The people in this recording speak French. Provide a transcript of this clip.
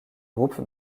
groupe